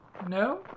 No